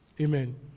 Amen